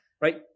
right